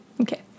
Okay